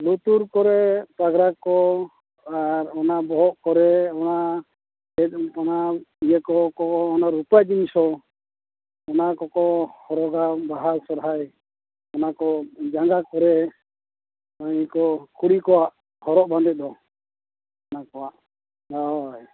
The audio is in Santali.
ᱞᱩᱛᱩᱨ ᱠᱚᱨᱮ ᱯᱟᱜᱽᱨᱟ ᱠᱚ ᱟᱨ ᱚᱱᱟ ᱵᱚᱦᱚᱜ ᱠᱚᱨᱮ ᱚᱱᱟ ᱪᱮᱫ ᱚᱱᱟ ᱤᱭᱟᱹ ᱠᱚᱠᱚ ᱚᱱᱟ ᱨᱩᱯᱟᱹ ᱡᱤᱱᱤᱥ ᱦᱚᱸ ᱚᱱᱟ ᱠᱚᱠᱚ ᱦᱚᱨᱚᱜᱟ ᱵᱟᱦᱟ ᱥᱚᱨᱦᱟᱭ ᱚᱱᱟ ᱠᱚ ᱡᱟᱸᱜᱟ ᱠᱚᱨᱮ ᱚᱱᱮ ᱤᱭᱟᱹᱠᱚ ᱠᱩᱲᱤ ᱠᱚᱣᱟᱜ ᱦᱚᱨᱚᱜ ᱵᱟᱸᱫᱮ ᱫᱚ ᱮᱢᱟ ᱠᱚᱣᱟ ᱦᱳᱭ